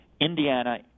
Indiana